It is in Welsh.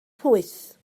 pwyth